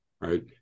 right